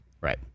Right